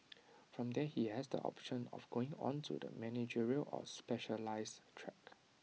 from there he has the option of going on to the managerial or specialise track